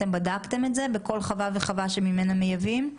בדקתם את זה בכל חווה וחווה שממנה מייבאים?